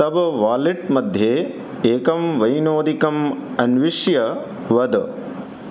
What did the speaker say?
तव वालट् मध्ये एकं वैनोदिकम् अन्विश्य वद